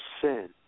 sin